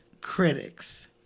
Critics